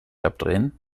abdrehen